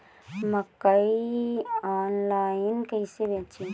मकई आनलाइन कइसे बेची?